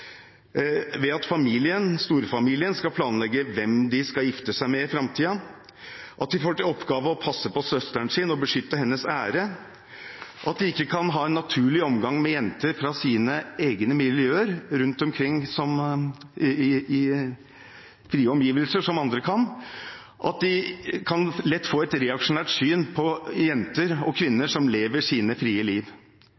ved at storfamilien skal planlegge hvem de skal gifte seg med i framtiden, at de får som oppgave å passe på søsteren sin og beskytte hennes ære, at de ikke kan ha naturlig omgang med jenter fra sine egne miljøer i frie omgivelser – som andre kan – og at de lett kan få et reaksjonært syn på jenter og